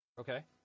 Okay